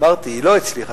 אמרתי: היא לא הצליחה.